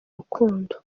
rukundo